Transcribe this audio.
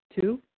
Two